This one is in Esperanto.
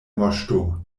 moŝto